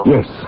Yes